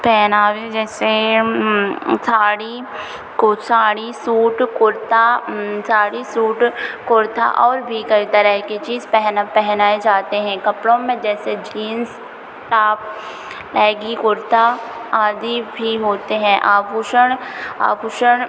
पहनावे जैसे sari sari suit kurta sari suit kurta और भी कई तरह की चीज़ पहना पहनाए जाते हैं कपड़ों में जैसे जीन्स टाप लैगी कुर्ता आदि भी होते हैं आभूषण आभूषण